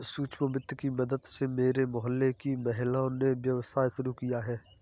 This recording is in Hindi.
सूक्ष्म वित्त की मदद से मेरे मोहल्ले की महिलाओं ने व्यवसाय शुरू किया है